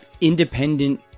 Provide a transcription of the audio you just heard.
independent